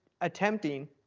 attempting